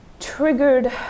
triggered